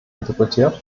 interpretiert